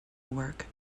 work